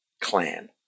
clan